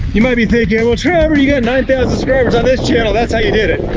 you might be thinking, well, trevor, you got nine thousand subscribers on this channel, that's how you did it.